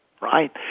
right